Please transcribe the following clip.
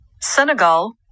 senegal